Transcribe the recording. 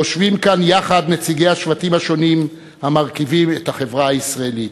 יושבים כאן יחד נציגי השבטים השונים המרכיבים את החברה הישראלית.